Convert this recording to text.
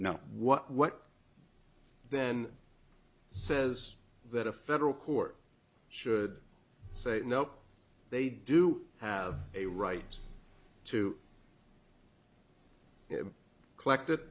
now what what then says that a federal court should say no they do have a right to collect